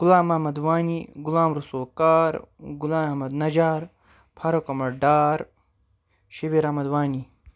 Ghulam Mohammad Wani Ghulam Rasool Kar Ghulam Ahmad Najar Farooq Ahmad Dar Shabir Ahmad Wani